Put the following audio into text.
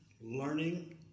learning